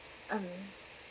um